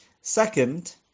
Second